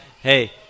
hey